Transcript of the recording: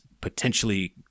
potentially –